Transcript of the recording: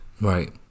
Right